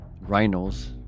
rhinos